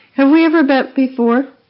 have we ever met before,